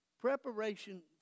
Preparation